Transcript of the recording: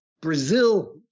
Brazil